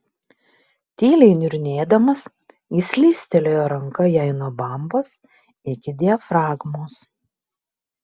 tyliai niurnėdamas jis slystelėjo ranka jai nuo bambos iki diafragmos